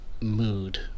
mood